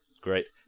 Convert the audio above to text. Great